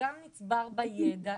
שגם נצבר בה ידע,